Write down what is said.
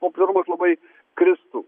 operuot labai kristų